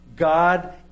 God